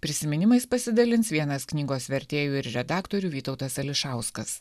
prisiminimais pasidalins vienas knygos vertėjų ir redaktorių vytautas ališauskas